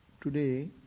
Today